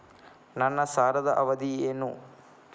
ನನ್ನ ಸಾಲದ ಅವಧಿ ಏನು?